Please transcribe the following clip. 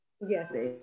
Yes